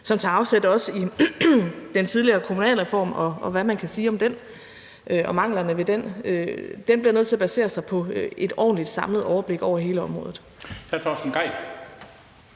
også tager afsæt i den tidligere kommunalreform, og hvad man kan sige om den, og manglerne ved den, bliver nødt til at basere sig på et ordentligt samlet overblik over hele området.